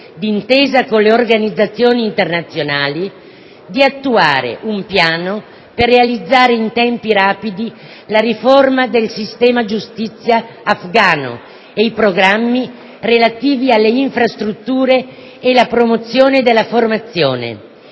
d'intesa con le organizzazioni internazionali, di attuare un piano per realizzare in tempi rapidi la riforma del sistema giustizia afghano e i programmi relativi alle infrastrutture e la promozione della formazione.